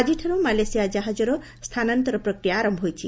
ଆଜିଠାରୁ ମାଲେସିଆ କାହାଜର ସ୍ଚାନାନ୍ନର ପ୍ରକ୍ରିୟା ଆର ହୋଇଛି